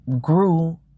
grew